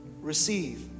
Receive